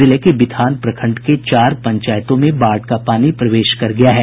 जिले के बिथान प्रखंड के चार पंचायतों में बाढ़ का पानी प्रवेश कर गया है